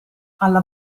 alla